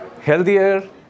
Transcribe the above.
healthier